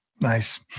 Nice